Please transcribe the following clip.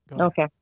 Okay